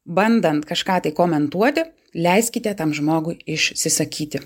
bandant kažką tai komentuoti leiskite tam žmogui išsisakyti